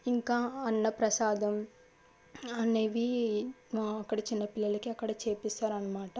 ఇంకా అన్న ప్రసాదం అనేవి అక్కడ చిన్నపిల్లలకి అక్కడ చేపిస్తారన్నమాట